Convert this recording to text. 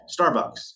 Starbucks